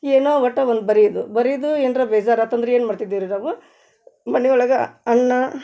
ಏನೋ ಒಟ್ಟು ಒಂದು ಬರಿಯೋದು ಬರೆ ಏನರ ಬೇಜಾರಾತಂದ್ರೆ ಏನು ಮಾಡ್ತಿದ್ದಿವಿ ರೀ ನಾವು ಮನೆ ಒಳ್ಗೆ ಅಣ್ಣ